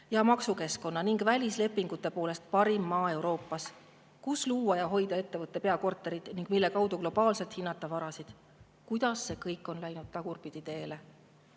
ja maksukeskkonna ning välislepingute poolest parim maa Euroopas, kus luua ja hoida ettevõtte peakorterit ning mille kaudu globaalselt [hallata] varasid. Kuidas on see kõik läinud tagurpidi teele?